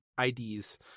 IDs